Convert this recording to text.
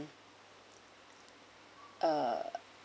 uh